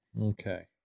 Okay